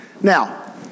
Now